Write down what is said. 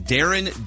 Darren